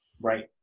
Right